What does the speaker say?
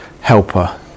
helper